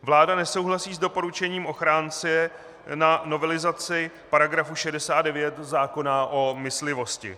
Vláda nesouhlasí s doporučením ochránce na novelizaci § 69 zákona o myslivosti.